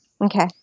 Okay